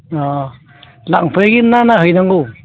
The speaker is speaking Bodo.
अ लांफैगोन ना हैनांगौ